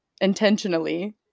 intentionally